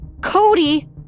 Cody